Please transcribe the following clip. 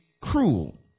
cruel